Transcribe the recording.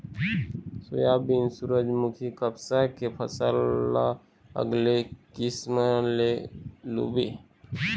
soybean, सूरजमूखी, कपसा के फसल ल अलगे किसम ले लूबे